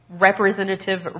representative